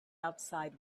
outside